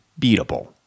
beatable